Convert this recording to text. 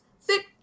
thick